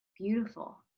beautiful